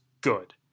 good